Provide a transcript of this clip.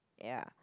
ya